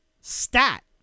stat